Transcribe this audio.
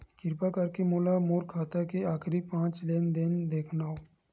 किरपा करके मोला मोर खाता के आखिरी पांच लेन देन देखाव